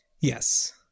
Yes